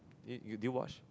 you you did you watch